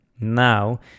now